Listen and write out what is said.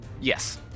Yes